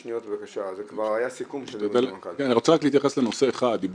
אני רוצה רק להתייחס לנושא אחרון שהעיר